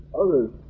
others